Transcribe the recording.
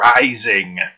Rising